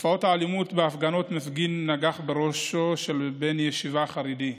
תופעות של אלימות בהפגנות: מפגין נגח בראשו של בן ישיבה חרדי,